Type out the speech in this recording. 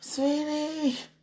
Sweetie